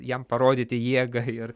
jam parodyti jėgą ir